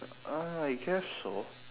ah I guess so